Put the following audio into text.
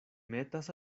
metas